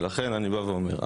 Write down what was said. ולכן אני בא ואומר,